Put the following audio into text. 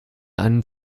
einen